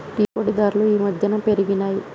tea పొడి ధరలు ఈ మధ్యన పెరిగినయ్